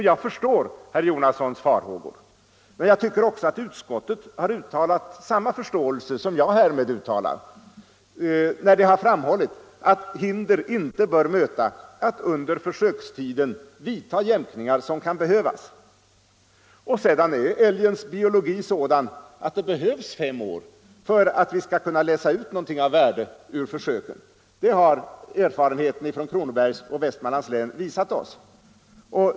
Jag förstår herr Jonassons farhågor, men jag tycker att utskottet har uttalat samma förståelse som jag nu uttalar när det framhållit, att hinder inte bör möta att under försökstiden vidta jämkningar som kan behövas. Älgens biologi är sådan att det behövs fem år för att vi skall kunna läsa ut något av värde ur försöken — det har erfarenheterna från Kronobergs län och Västmanlands län visat oss.